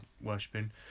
worshipping